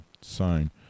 sign